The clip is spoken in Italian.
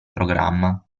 programma